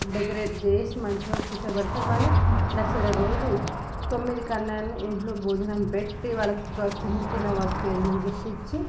decorate చేసి మంచిగా కూర్చోబెడతారు మళ్ళీ దసరా రోజు తొమ్మిది కన్యలకి ఇంట్లో భోజనం పెట్టి వాళ్ళకు ఒక చిన్న చిన్న వస్తువు ఏదన్నా గిఫ్ట్ ఇచ్చి